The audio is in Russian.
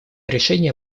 решение